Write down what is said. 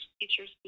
teachers